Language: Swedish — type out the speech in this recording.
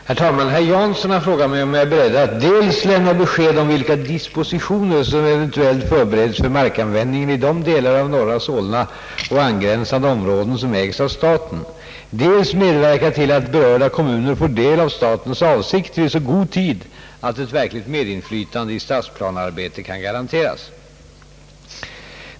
Herr talman! Herr Jansson har frågat mig, om jag är beredd att dels lämna besked om vilka dispositioner som eventuellt förbereds för markanvändningen i de delar av norra Solna och angränsande områden som ägs av staten, dels medverka till att berörda kommuner får del av statens avsikter i så god tid att ett verkligt medinflytande i stadsplanearbetet kan garanteras.